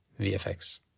VFX